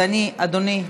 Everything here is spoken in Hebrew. לא אושרה.